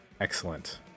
Excellent